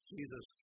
Jesus